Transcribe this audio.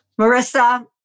Marissa